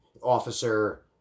officer